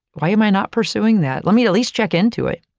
why am i not pursuing that? let me at least check into it.